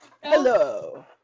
Hello